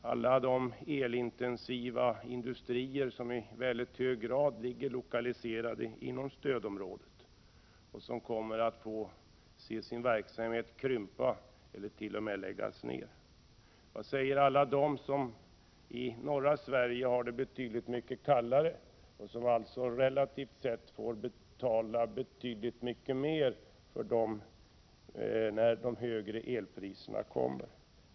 Vad säger man inom de elintensiva industrierna, som i hög grad är lokaliserade till stödområden, som kommer att få se sin verksamhet krympa eller t.o.m. läggas ned? Vad säger alla de som bor i norra Sverige och har det betydligt mycket kallare och alltså relativt sett får betala mer när de högre elpriserna kommer?